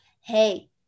hey